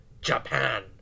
Japan